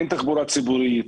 אין תחבורה ציבורית.